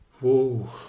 Whoa